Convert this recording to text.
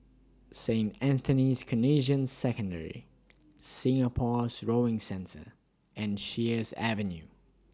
Saint Anthony's Canossian Secondary Singapore's Rowing Centre and Sheares Avenue